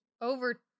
over